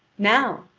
now,